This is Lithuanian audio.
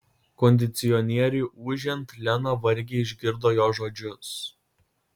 kondicionieriui ūžiant lena vargiai išgirdo jo žodžius